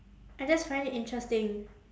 I just find it interesting